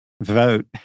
vote